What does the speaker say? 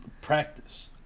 Practice